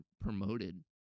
promoted